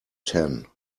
ten